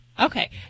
Okay